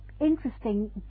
interesting